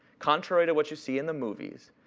contrary to what you see in the movies,